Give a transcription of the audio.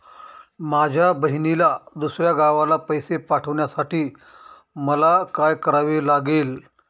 माझ्या बहिणीला दुसऱ्या गावाला पैसे पाठवण्यासाठी मला काय करावे लागेल?